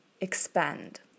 expand